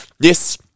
yes